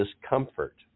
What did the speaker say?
discomfort